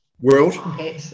world